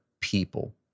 people